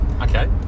Okay